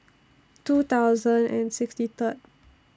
two thousand and sixty Third